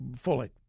fully